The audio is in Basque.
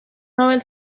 nobel